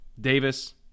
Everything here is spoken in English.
Davis